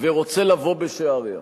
ורוצה לבוא בשעריה.